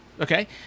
Okay